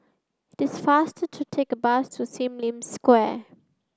it is faster to take bus to Sim Lim Square